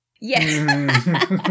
Yes